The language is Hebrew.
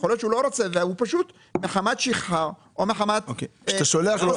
אלא פשוט מחמת שכחה או מחמת חוסר --- למה